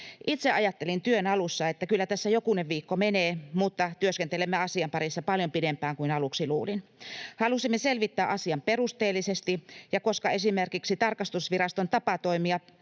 Itse ajattelin työn alussa, että kyllä tässä jokunen viikko menee, mutta työskentelimme asian parissa paljon pidempään kuin aluksi luulin. Halusimme selvittää asian perusteellisesti, ja koska esimerkiksi tarkastusviraston tapa toimia